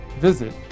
visit